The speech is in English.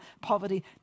poverty